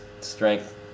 strength